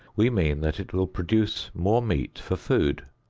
we mean that it will produce more meat for food.